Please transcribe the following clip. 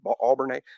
Auburn